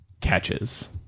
catches